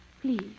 Please